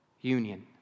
union